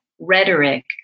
rhetoric